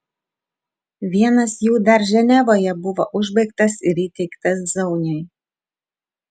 vienas jų dar ženevoje buvo užbaigtas ir įteiktas zauniui